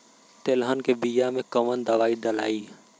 तेलहन के बिया मे कवन दवाई डलाई?